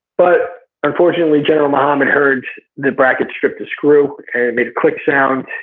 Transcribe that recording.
but unfortunately general mohammad heard the bracket strip the screw and the click sound.